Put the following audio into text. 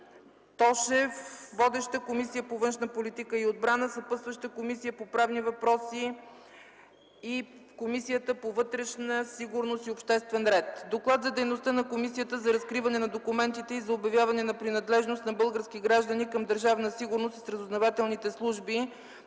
Тошев. Водеща е Комисията по външна политика и отбрана, съпътстващи са Комисията по правни въпроси и Комисията по вътрешна сигурност и обществен ред. Доклад за дейността на Комисията за разкриване на документите и за обявяване на принадлежност на български граждани към Държавна сигурност и разузнавателните служби